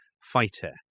fighter